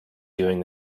doing